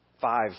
Five